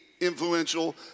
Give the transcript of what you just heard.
influential